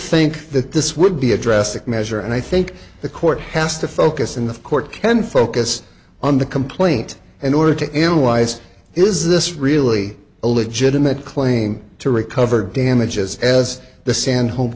think that this would be a drastic measure and i think the court has to focus in the court can focus on the complaint in order to n y c is this really a legitimate claim to recover damages as the sand home